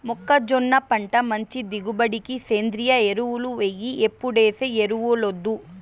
మొక్కజొన్న పంట మంచి దిగుబడికి సేంద్రియ ఎరువులు ఎయ్యి ఎప్పుడేసే ఎరువులొద్దు